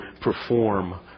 perform